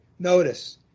Notice